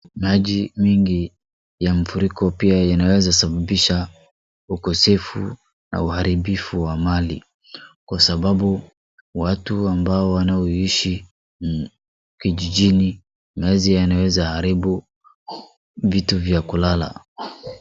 Maji mengi ya mafuriko pia yanaweza sababisha ukosefu na uharibifu wa mali, kwa sababu kwa watu ambao wanaishi kijijini, maji yanaweza haribu vitu vya kulala.